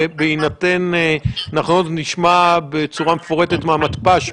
בהינתן שאנחנו עוד נשמע בצורה מפורטת מהמתפ"ש,